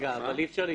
אבל אי אפשר להתייחס?